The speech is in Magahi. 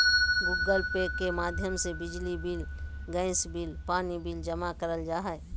गूगल पे के माध्यम से बिजली बिल, गैस बिल, पानी बिल जमा करल जा हय